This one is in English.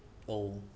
oh